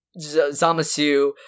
Zamasu